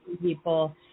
people